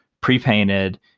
pre-painted